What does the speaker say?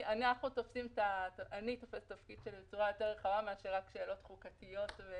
אני תופסת את התפקיד של עזרה ולא רק שאלות חוקתיות.